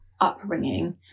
upbringing